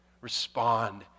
Respond